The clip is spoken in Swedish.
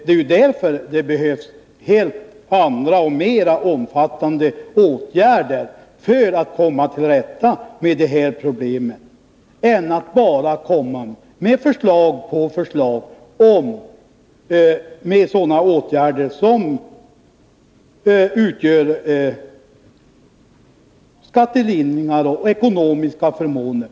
Det är därför som det behövs helt andra och mera omfattande åtgärder för att komma till rätta med problemen än förslag på förslag om åtgärder som innebär skattelindring och ekonomiska förmåner.